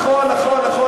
נכון נכון נכון,